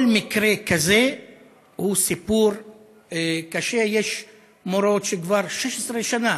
כל מקרה כזה הוא סיפור קשה, יש מורות שכבר 16 שנה